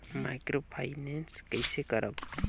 Microfinance कइसे करव?